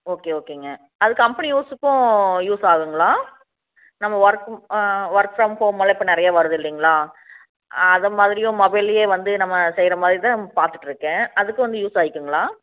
okay ஓகேங்க அது company யூஸுக்கும் யூஸ் ஆகுங்களா நம்ம ஒர்க்கு ஒர்க் ஃப்ரம் ஹோம் எல்லாம் இப்போ நிறையா வருது இல்லைங்களா அதை மாதிரியும் மொபைல்லேயே வந்து நம்ம செய்கிற மாதிரி தான் பார்த்துட்ருக்கேன் அதுக்கும் வந்து யூஸ் ஆகுக்குங்களா